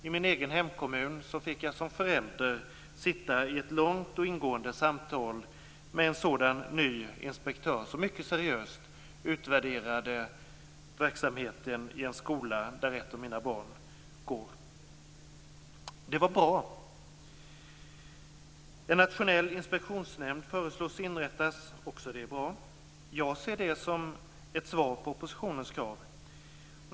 I min egen hemkommun fick jag som förälder sitta i ett långt och ingående samtal med en sådan ny inspektör som mycket seriöst utvärderade verksamheten i den skola där ett av mina barn går. Det var bra. En nationell inspektionsnämnd föreslås inrättas. Det är också bra. Jag ser det som ett svar på oppositionens krav.